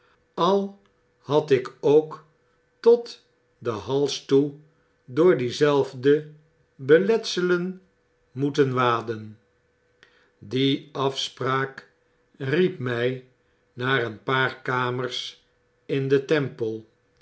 al had ik ook tot den hals toe door diezelfde beletselen moeten waden die afspraak riep mij naar een aar kamers in den temple